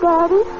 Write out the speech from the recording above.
Daddy